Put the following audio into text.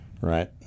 Right